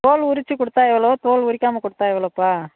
தோல் உரிச்சு கொடுத்தா எவ்வளோ தோல் உரிக்காமல் கொடுத்தா எவ்வளோப்பா